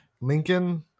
Lincoln